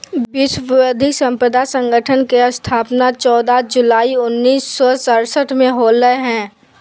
विश्व बौद्धिक संपदा संगठन के स्थापना चौदह जुलाई उननिस सो सरसठ में होलय हइ